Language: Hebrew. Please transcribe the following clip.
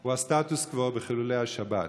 הוא הסטטוס קוו וחילולי השבת.